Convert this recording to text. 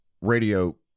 radio